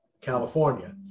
California